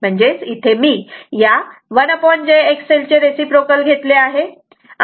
म्हणजेच इथे मी या 1jXL चे रिसिप्रोकल घेतले आहे